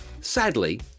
Sadly